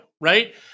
right